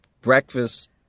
breakfast